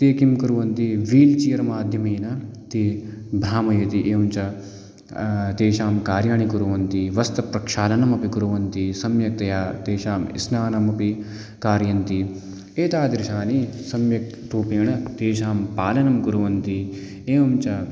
ते किं कुर्वन्ति वील्चेर् माध्यमेन ते भ्रामयति एवञ्च तेषां कार्याणि कुर्वन्ति वस्त्रप्रक्षालनमपि कुर्वन्ति सम्यक्तया तेषा स्नानमपि कारयन्ति एतादृशानि सम्यक् रूपेण तेषां पालनं कुर्वन्ति एवञ्च